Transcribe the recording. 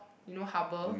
you know harbour